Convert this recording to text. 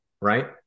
right